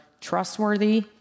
trustworthy